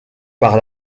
par